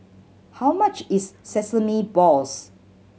how much is sesame balls